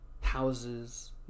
houses